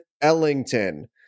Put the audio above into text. Ellington